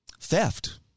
theft